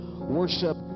worship